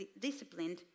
disciplined